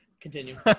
Continue